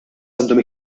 għandhom